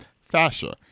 fascia